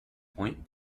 point